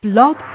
Blog